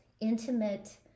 intimate